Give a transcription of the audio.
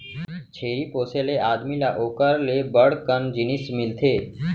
छेरी पोसे ले आदमी ल ओकर ले बड़ कन जिनिस मिलथे